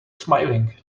smiling